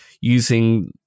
using